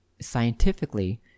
scientifically